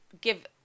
give